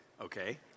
okay